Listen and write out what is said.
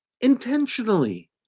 intentionally